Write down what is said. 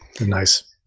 Nice